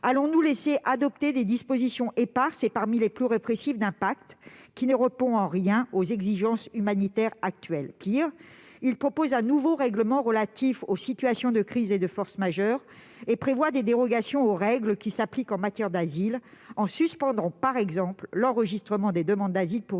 Allons-nous laisser adopter des dispositions éparses et parmi les plus répressives d'un pacte qui ne répond en rien aux exigences humanitaires actuelles ? Pis, il propose un nouveau règlement relatif aux situations de crise et de force majeure, et prévoit des dérogations aux règles qui s'appliquent en matière d'asile, en suspendant, par exemple, l'enregistrement des demandes d'asile pour